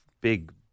big